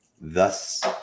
Thus